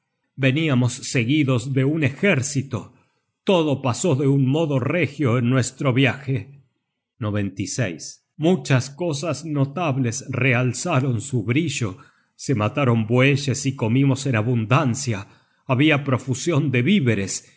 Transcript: veníamos seguidos de un ejército todo pasó de un modo regio en nuestro viaje muchas cosas notables realzaron su brillo se mataron bueyes y comimos en abundancia habia profusion de víveres